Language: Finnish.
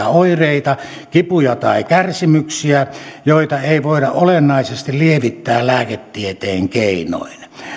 oireita kipuja tai kärsimyksiä joita ei voida olennaisesti lievittää lääketieteen keinoin